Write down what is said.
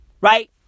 right